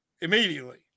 immediately